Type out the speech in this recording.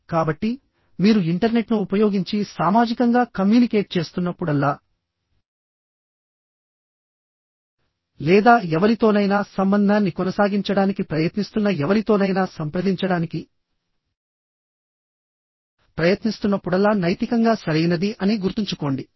కాబట్టిమీరు ఇంటర్నెట్ను ఉపయోగించి సామాజికంగా కమ్యూనికేట్ చేస్తున్నప్పుడల్లా లేదా ఎవరితోనైనా సంబంధాన్ని కొనసాగించడానికి ప్రయత్నిస్తున్న ఎవరితోనైనా సంప్రదించడానికి ప్రయత్నిస్తున్నప్పుడల్లా నైతికంగా సరైనది అని గుర్తుంచుకోండి